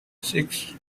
six